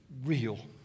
real